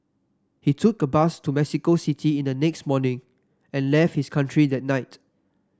he took a bus to Mexico City in the next morning and left his country that night